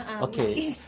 Okay